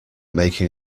making